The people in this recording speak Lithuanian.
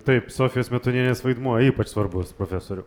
taip sofijos smetonienės vaidmuo ypač svarbus profesoriau